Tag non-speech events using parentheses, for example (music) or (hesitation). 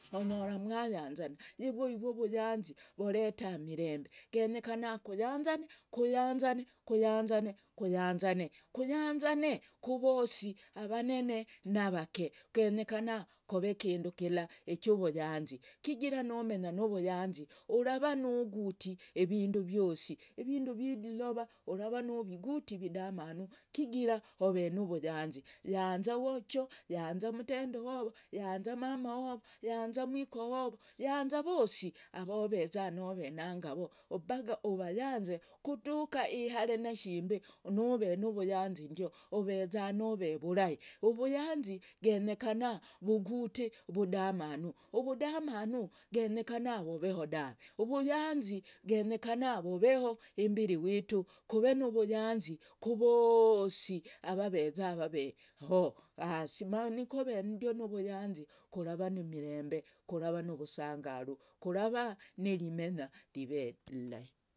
Mwayanzana. yivyo nivyo uvuyanzi voreta imiremb (hesitation) genyekana kuyanzane kuyanzane kuyanzane. kuyanzane kuvosi avanene navak. (hesitation) Genyekana kove ikindu kila ichuvuyanzi, chigira nomenya nuvuyanzi urava nuguti ivindu vyosi. Ivindu vye ilyova urava nuviguti vudamanu chigira ove nuvuyanzi. yanza wecho. yanza umutende. yanza mama wovo. yanza mwiko wovo yanza vosi avoveza nove nanga voo. paka uvayanze kutura ihare nashimbe. Nuvaa nuvuyanzi ndio oveza nove vurahi, uvuyanzi genyekana vugute vudamanu. uvudamanu genyekana voveho dave, uvuyanzi genyekana voveho imbire wetu. Kove nuvuyanzi kuvosi vaveza vav (hesitation) hoo. ma kuvandio nuvuyanzi kurava nimirembe. kurava nuvusangaru, kurava nirimenya riv (hesitation) ilahi